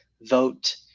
vote